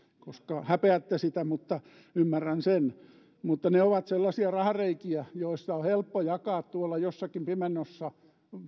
koska häpeätte sitä mutta ymmärrän sen ne ovat sellaisia rahareikiä joista on helppo jakaa tuolla jossakin pimennossa